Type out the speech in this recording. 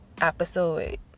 episode